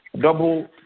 double